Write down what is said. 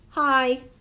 Hi